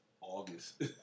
August